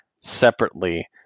separately